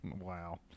Wow